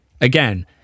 again